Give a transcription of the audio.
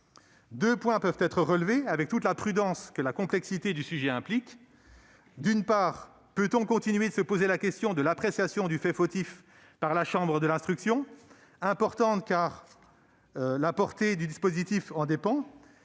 Deux points peuvent être relevés, avec toute la prudence que la complexité du sujet implique. D'une part, peut-on continuer de se poser la question de l'appréciation du fait fautif par la chambre de l'instruction ? C'est une question importante, car la portée du dispositif en dépend.